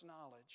knowledge